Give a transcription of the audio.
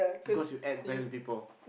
because you add value to people